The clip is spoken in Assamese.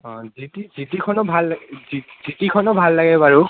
অঁ জিটি জিটিখনো ভাল লাগে জিটিখনো ভাল লাগে বাৰু